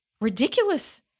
ridiculous